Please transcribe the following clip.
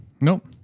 Nope